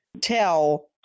tell